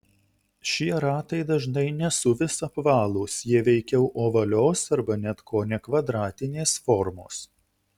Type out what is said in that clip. šie ratai dažnai ne suvis apvalūs jie veikiau ovalios arba net kone kvadratinės formos